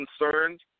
concerned